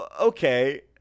okay